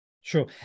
Sure